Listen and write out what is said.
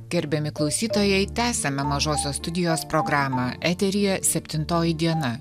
gerbiami klausytojai tęsiame mažosios studijos programą eteryje septintoji diena